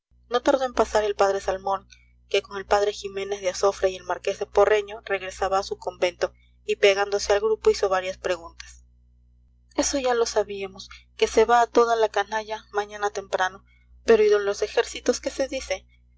no tardó en pasar el padre salmón que con el padre ximénez de azofra y el marqués de porreño regresaba a su convento y pegándose al grupo hizo varias preguntas eso ya lo sabíamos que se va toda la canalla mañana temprano pero y de los ejércitos qué se dice